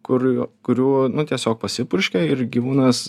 kur kurių nu tiesiog pasipurškia ir gyvūnas